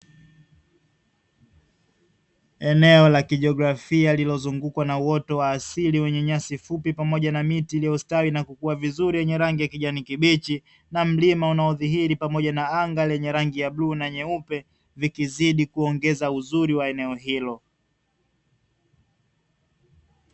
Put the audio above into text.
Eneo la kijiografia lililozungukwa na uoto wa asili wenye nyasi fupi pamoja na miti iliyostawi na kukua vizuri yenye rangi ya kijani kibichi, na milima unaodhihiri pamoja na anga lenye rangi ya bluu na nyeupe, vikizidi kuongeza uzuri wa eneo hilo.